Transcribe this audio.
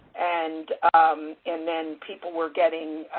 and and then people were getting,